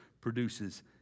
produces